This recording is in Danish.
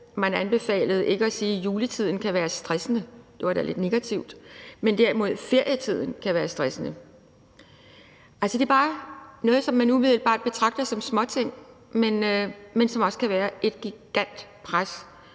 Man anbefalede ikke at sige, at juletiden kan være stressende – det var da lidt negativt – men derimod, at ferietiden kan være stressende. Altså, det er bare noget, som man umiddelbart betragter som småting, men som også kan være et gigantisk pres